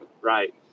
Right